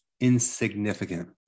insignificant